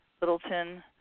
Littleton